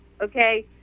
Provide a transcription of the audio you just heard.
Okay